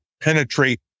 penetrate